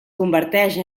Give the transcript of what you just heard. converteix